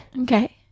Okay